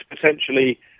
potentially